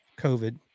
COVID